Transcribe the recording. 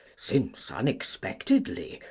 since unexpectedly,